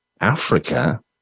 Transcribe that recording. Africa